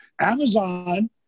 Amazon